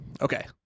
Okay